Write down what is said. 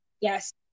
Yes